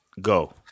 go